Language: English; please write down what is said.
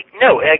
No